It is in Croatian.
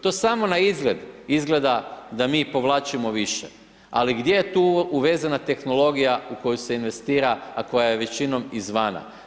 To samo naizgled, izgleda da mi povlačimo više, ali gdje je tu uvezena tehnologija u koju se investira, a koja je većinom iz vana.